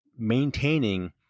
Maintaining